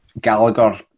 Gallagher